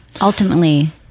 Ultimately